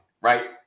right